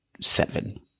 seven